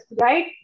right